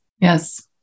Yes